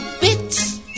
bits